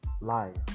life